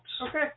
Okay